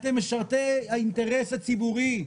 אתם משרתי האינטרס הציבורי,